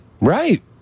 Right